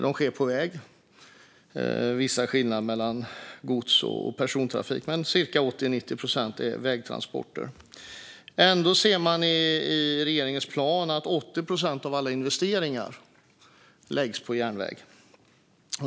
Det är vissa skillnader mellan gods och persontrafik, men 80-90 procent är vägtransporter. Ändå ser man i regeringens plan att 80 procent av alla investeringar läggs på järnväg.